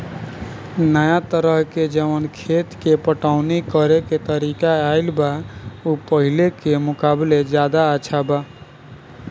नाया तरह के जवन खेत के पटवनी करेके तरीका आईल बा उ पाहिले के मुकाबले ज्यादा अच्छा बा